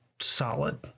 solid